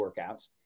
workouts